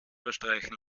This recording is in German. verstreichen